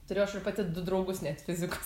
turiu aš pati du draugus net fizikus